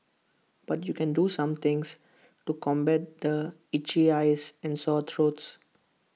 but you can do some things to combat the itching eyes and sore throats